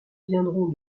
viendront